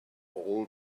all